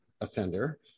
offender